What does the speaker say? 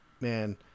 man